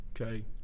okay